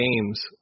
games